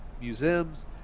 museums